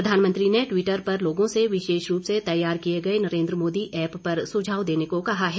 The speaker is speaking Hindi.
प्रधानमंत्री ने द्वीटर पर लोगों से विशेष रूप से तैयार किये गये नरेंद्र मोदी ऐप पर सुझाव देने को कहा है